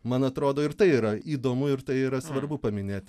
man atrodo ir tai yra įdomu ir tai yra svarbu paminėti